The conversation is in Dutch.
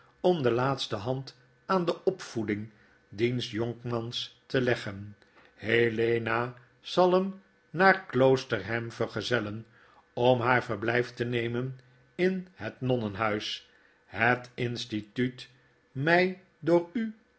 om de laatste hand aan de opvoeding diens jonkmans te leggen helena zal hem naar kloosterham vergezellen om haar verblyftenemeninhetnonnerfhuis het instituut my door u